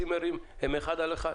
צימרים הם אחד על אחד.